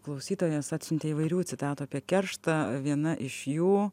klausytojas atsiuntė įvairių citatų apie kerštą viena iš jų